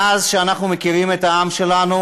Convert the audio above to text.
מאז שאנחנו מכירים את העם שלנו,